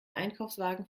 einkaufswagen